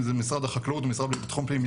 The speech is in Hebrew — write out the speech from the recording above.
אם זה משרד החקלאות או המשרד לביטחון פנים,